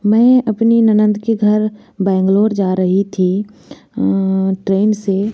मैं अपनी ननद के घर बैंगलोर जा रही थी ट्रेन से